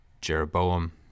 Jeroboam